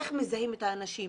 איך מזהים את האנשים.